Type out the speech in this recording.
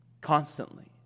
Constantly